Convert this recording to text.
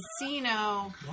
Casino